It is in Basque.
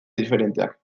diferenteak